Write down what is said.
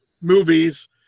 movies